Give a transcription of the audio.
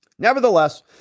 Nevertheless